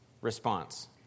response